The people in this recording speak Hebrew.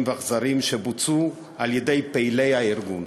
ואכזריים שבוצעו על-ידי פעילי הארגון.